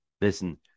listen